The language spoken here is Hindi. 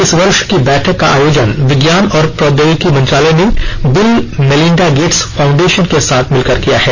इस वर्ष की बैठक का आयोजन विज्ञान और प्रौद्योगिकी मंत्रालय ने बिल मेलिंडा गेट्स फाउंडेशन के साथ मिलकर किया है